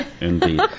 Indeed